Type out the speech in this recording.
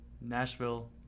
Nashville